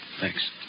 Thanks